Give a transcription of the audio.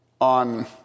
on